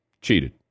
cheated